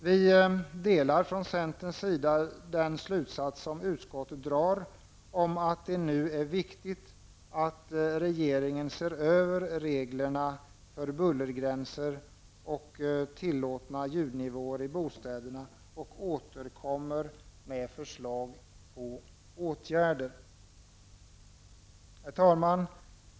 Vi instämmer från centern i den slutsats som utskottet drar om att det nu är viktigt att regeringen ser över reglerna för bullergränser och tillåtna ljudnivåer i bostäderna och återkommer med förslag till åtgärder. Herr talman!